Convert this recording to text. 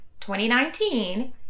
2019